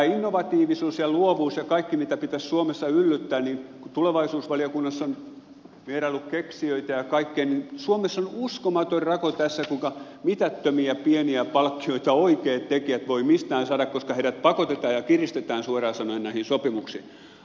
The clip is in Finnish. innovatiivisuuteen ja luovuuteen ja kaikkeen pitäisi suomessa yllyttää ja tulevaisuusvaliokunnassa on vieraillut keksijöitä ja kaikkia mutta suomessa on uskomaton rako tässä kuinka mitättömiä pieniä palkkioita oikeat tekijät voivat mistään saada koska heidät pakotetaan ja kiristetään suoraan sanoen näihin sopimuksiin